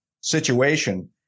situation